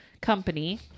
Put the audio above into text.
company